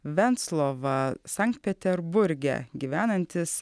venclova sankt peterburge gyvenantis